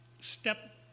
step